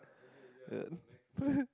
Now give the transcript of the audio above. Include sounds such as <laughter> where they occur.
yeah <laughs>